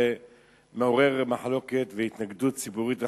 זה מעורר מחלוקת והתנגדות ציבורית רחבה.